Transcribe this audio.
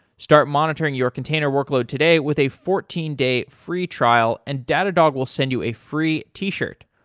start monitoring your container workload today with a fourteen day free trial and datadog will send you a free t-shirt.